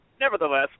nevertheless